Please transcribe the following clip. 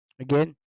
Again